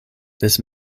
this